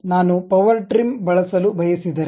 ನಾನು power trim ಬಳಸಲು ಬಯಸಿದರೆ